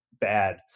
bad